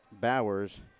Bowers